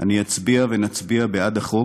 אצביע ונצביע בעד החוק,